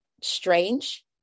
strange